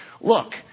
look